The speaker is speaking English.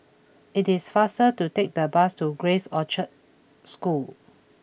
it is faster to take the bus to Grace Orchard School